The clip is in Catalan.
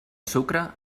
sucre